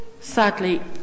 Sadly